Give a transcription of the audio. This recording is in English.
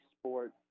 sport